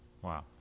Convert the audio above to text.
Wow